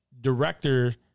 director